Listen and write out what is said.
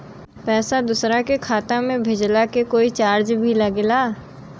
पैसा दोसरा के खाता मे भेजला के कोई चार्ज भी लागेला?